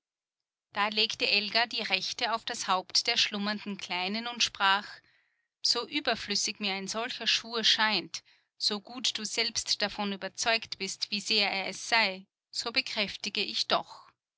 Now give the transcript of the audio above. da legte elga die rechte auf das haupt der schlummernden kleinen und sprach so überflüssig mir ein solcher schwur scheint so gut du selbst davon überzeugt bist wie sehr er es sei so bekräftige ich doch